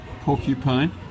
Porcupine